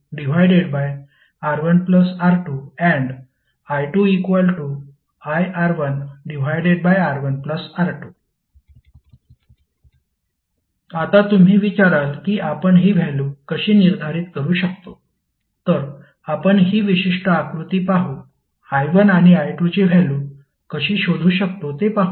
i1iR2R1R2 आणि i2iR1R1R2 आता तुम्ही विचाराल की आपण ही व्हॅल्यु कशी निर्धारित करू शकतो तर आपण ही विशिष्ट आकृती पाहू i1 आणि i2 ची व्हॅल्यु कशी शोधू शकतो ते पाहूया